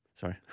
Sorry